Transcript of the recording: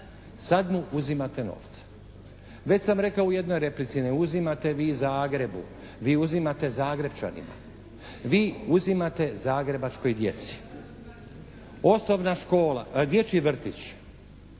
sad mu uzimate novce. Već sam rekao u jednoj replici, ne uzimate vi Zagrebu, vi uzimate Zagrepčanima, vi uzimate zagrebačkoj djeci. Osnovna škola, dječji vrtić,